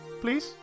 please